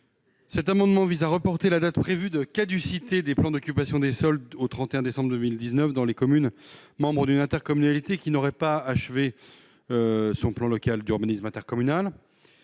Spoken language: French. Cet amendement vise à reporter la date prévue de caducité des plans d'occupation des sols au 31 décembre 2019 dans les communes membres d'une intercommunalité qui n'aurait pas achevé son plan local d'urbanisme intercommunal.